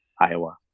Iowa